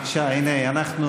בבקשה, הינה, אנחנו